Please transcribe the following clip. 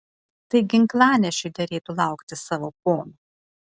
tai ginklanešiui derėtų laukti savo pono